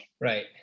Right